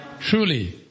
truly